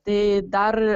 tai dar